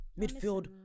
midfield